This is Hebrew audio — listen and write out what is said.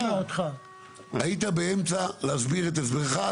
היית באמצע להסביר את הסברך.